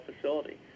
facility